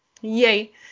yay